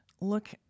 look